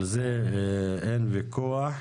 על זה אין ויכוח.